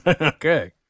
Okay